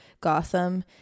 gotham